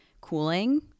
cooling